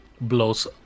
blows